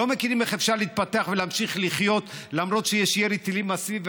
לא יודעים איך אפשר להתפתח ולהמשיך לחיות למרות שיש ירי טילים מסיבי,